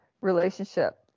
relationship